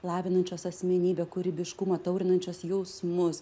lavinančios asmenybę kūrybiškumą taurinančios jausmus